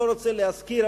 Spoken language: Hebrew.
אני לא רוצה להזכיר,